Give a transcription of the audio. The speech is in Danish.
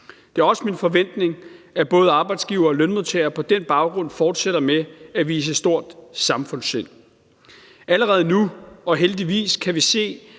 Det er også min forventning, at både arbejdsgivere og lønmodtagere på den baggrund fortsætter med at vise stort samfundssind. Allerede nu kan vi heldigvis se,